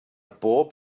bob